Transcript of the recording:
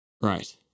Right